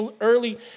early